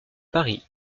paris